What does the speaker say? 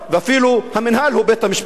ואפילו, המינהל הוא בית-המשפט.